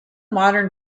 modern